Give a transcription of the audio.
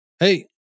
Hey